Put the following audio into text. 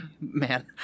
man